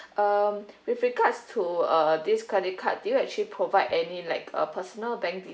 um with regards to uh this credit card do you actually provide any like uh personal bank